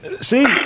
See